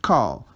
Call